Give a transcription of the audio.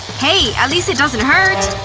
hey, at least it doesn't hurt.